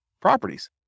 properties